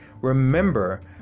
Remember